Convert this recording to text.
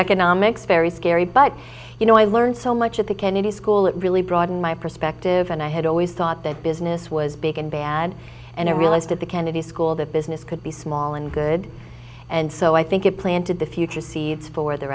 microeconomics very scary but you know i learned so much at the kennedy school it really broadened my perspective and i had always thought that business was big and bad and i realized at the kennedy school that business could be small and good and so i think it planted the future seeds for the